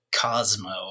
Cosmo